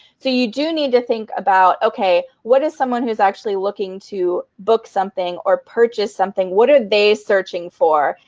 so you do need to think about, what is someone who is actually looking to book something or purchase something, what are they searching for?